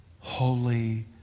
Holy